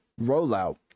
rollout